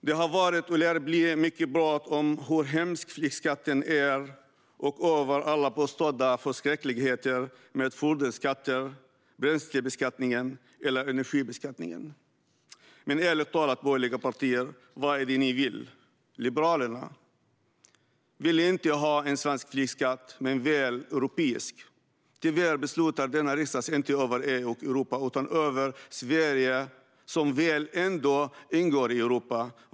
Det har varit och lär bli mycket prat om hur hemsk flygskatten är och om alla påstådda förskräckligheter med fordonsskatter, bränslebeskattningen eller energibeskattningen. Men ärligt talat, borgerliga partier: Vad är det ni vill? Liberalerna vill inte ha en svensk flygskatt men väl en europeisk. Tyvärr beslutar inte denna riksdag över Europa utan över Sverige, som väl ändå ingår i Europa.